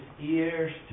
ears